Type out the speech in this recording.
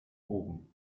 oben